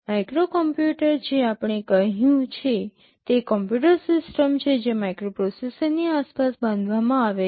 microcomputer જે આપણે કહ્યું છે તે કમ્પ્યુટર સિસ્ટમ છે જે માઇક્રોપ્રોસેસરની આસપાસ બાંધવામાં આવે છે